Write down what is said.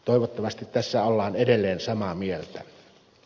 toivottavasti tässä ollaan edelleen samaa mieltä